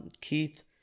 Keith